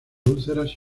úlceras